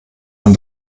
man